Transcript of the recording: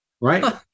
Right